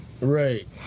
Right